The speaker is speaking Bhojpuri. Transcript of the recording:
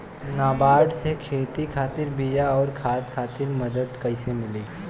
नाबार्ड से खेती खातिर बीया आउर खाद खातिर मदद कइसे मिली?